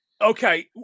Okay